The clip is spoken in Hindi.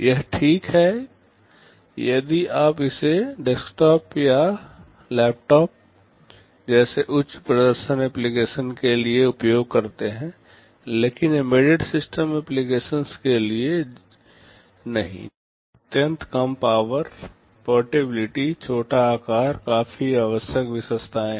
यह ठीक है यदि आप इसे डेस्कटॉप या लैपटॉप जैसे उच्च प्रदर्शन एप्लीकेशन के लिए उपयोग करते हैं लेकिन एम्बेडेड सिस्टम ऍप्लिकेशन्स के लिए नहीं जहाँ अत्यंत कम पावर पोर्टेबिलिटी छोटा आकार काफी आवश्यक विशेषताएं हैं